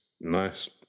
Nice